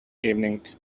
evening